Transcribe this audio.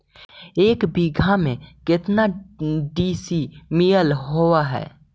एक बीघा में केतना डिसिमिल होव हइ?